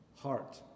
heart